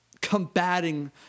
combating